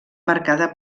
marcada